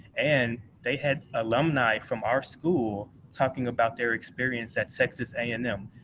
and they had alumni from our school talking about their experience at texas a and m.